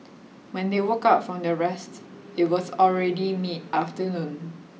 when they woke up from their rest it was already mid afternoon